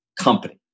company